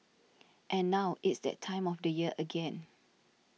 and now it's that time of the year again